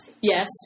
Yes